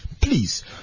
please